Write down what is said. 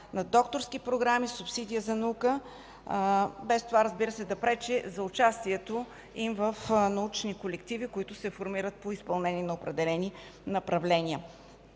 имат докторски програми и субсидии за наука, без това да пречи на участието им в научни колективи, формиращи се по изпълнение на определени направления.